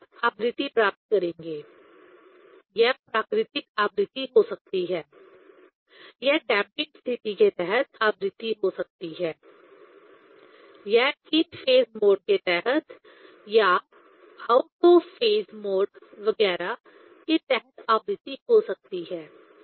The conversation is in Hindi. अब आप आवृत्ति प्राप्त करेंगे यह प्राकृतिक आवृत्ति हो सकती है यह डैंपिंग स्थिति के तहत आवृत्ति हो सकती है यह इन फेज मोड के तहत या आउट ऑफ फेज मोड वगैरह के तहत आवृत्ति हो सकती है